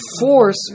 force